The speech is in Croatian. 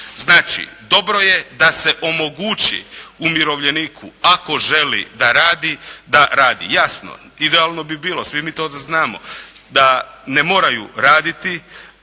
Znači, dobro je da se omogući umirovljeniku ako želi da radi. Jasno, idealno bi bilo. Svi mi to znamo da ne moraju raditi.